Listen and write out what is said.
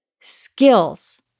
skills